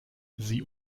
sie